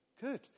Good